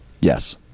Yes